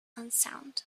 unsound